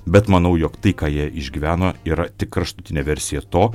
bet manau jog tai ką jie išgyveno yra tik kraštutinė versija to